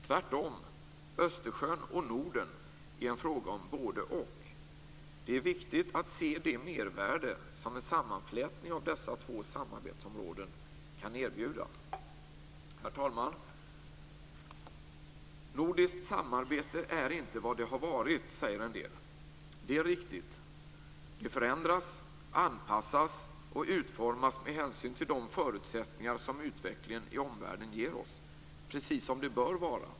Tvärtom är Östersjön och Norden en fråga om både-och. Det är viktigt att se det mervärde som en sammanflätning av dessa två samarbetsområden kan erbjuda. Herr talman! Nordiskt samarbete är inte vad det har varit, säger en del. Det är riktigt. Det förändras, anpassas och utformas med hänsyn till de förutsättningar som utvecklingen i omvärlden ger oss, precis som det bör vara.